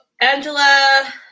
Angela